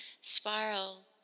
spiral